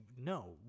no